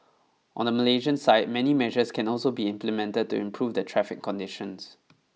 on the Malaysian side many measures can also be implemented to improve the traffic conditions